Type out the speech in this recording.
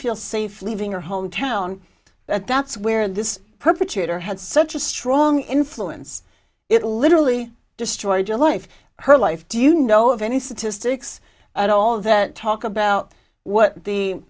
feel safe leaving her hometown that that's where this perpetrator had such a strong influence it literally destroyed your life her life do you know of any statistics at all that talk about what the